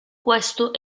questo